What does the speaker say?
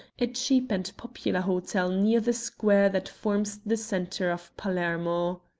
a cheap and popular hotel near the square that forms the centre of palermo.